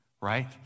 right